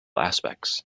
aspects